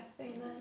Amen